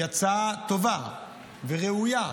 היא הצעה טובה וראויה,